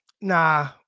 nah